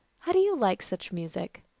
how do you like such music?